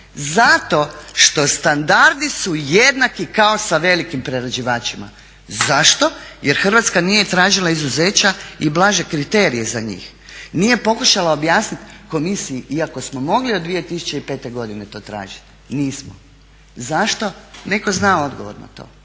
Zato što standardi su jednaki kao sa velikim prerađivačima. Zašto? Jer Hrvatska nije tražila izuzeća i blaže kriterije za njih, nije pokušala objasniti Komisiji iako smo mogli od 2005. godine to tražiti. Nismo. Zašto? Netko zna odgovor na to.